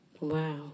wow